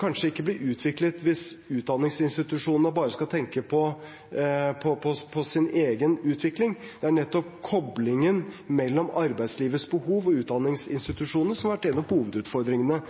kanskje ikke blir utviklet hvis utdanningsinstitusjonene bare skal tenke på sin egen utvikling. Det er nettopp koblingen mellom arbeidslivets behov og utdanningsinstitusjonene som har vært en av hovedutfordringene.